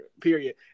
Period